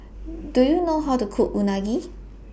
Do YOU know How to Cook Unagi